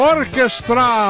Orchestra